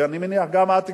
אני מניח שגם את,